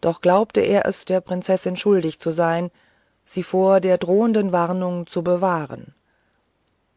doch glaubte er es der prinzessin schuldig zu sein sie vor der gedrohten warnung zu bewahren